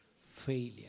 failure